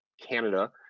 Canada